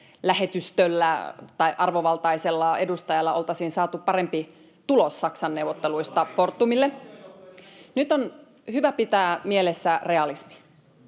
lähetystöllä tai arvovaltaisella edustajalla oltaisiin saatu parempi tulos Saksan neuvotteluista Fortumille. Nyt on hyvä pitää mielessä realismi.